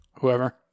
Whoever